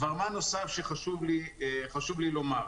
דבר נוסף שחשוב לי לומר.